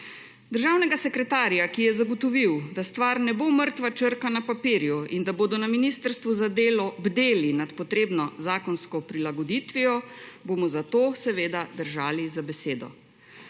Državnega sekretarja, ki je zagotovil, da stvar ne bo mrtva črka na papirju in da bodo na Ministrstvu za delo bdeli nad potrebno zakonsko prilagoditvijo, bomo zato seveda držali za besedo.